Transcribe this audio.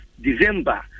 December